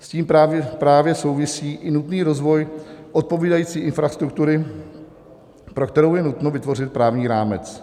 S tím právě souvisí i nutný rozvoj odpovídající infrastruktury, pro kterou je nutno vytvořit právní rámec.